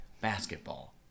basketball